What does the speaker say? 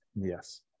Yes